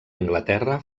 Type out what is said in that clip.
anglaterra